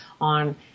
on